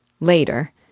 Later